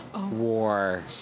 war